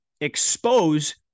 expose